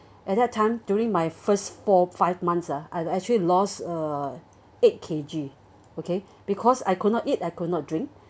at that time during my first four five months ah I actually lost uh eight K_G okay because I could not eat I could not drink